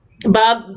Bob